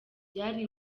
byari